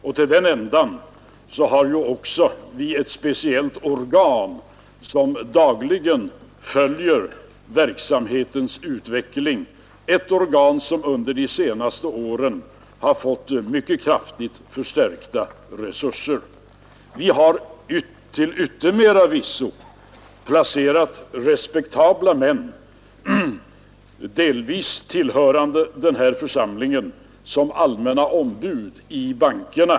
För det ändamålet finns också ett speciellt organ som dagligen följer verksamhetens utveckling, ett organ som under de senaste åren har fått mycket kraftigt förstärkta resurser. Vi har till yttermera visso placerat respektabla personer, några av dem tillhörande den här församlingen, som allmänna ombud i bankerna.